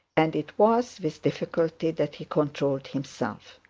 and it was with difficulty that he controlled himself.